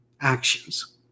actions